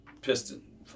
Piston